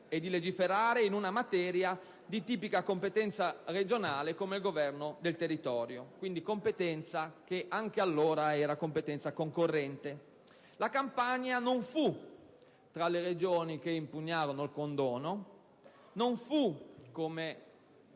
di esprimersi in una materia di tipica competenza regionale come il governo del territorio, per cui vi era anche allora competenza concorrente. La Campania non fu tra le Regioni che impugnarono il condono; non fu, come